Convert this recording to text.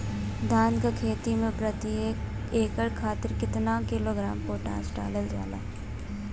धान क खेती में प्रत्येक एकड़ खातिर कितना किलोग्राम पोटाश डालल जाला?